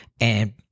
and-